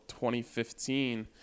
2015